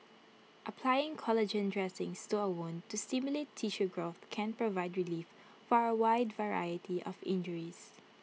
applying collagen dressings to A wound to stimulate tissue growth can provide relief for A wide variety of injuries